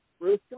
Bruce